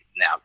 now